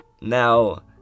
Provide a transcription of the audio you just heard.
Now